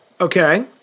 Okay